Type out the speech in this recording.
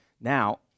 Now